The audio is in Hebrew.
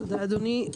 תודה, אדוני.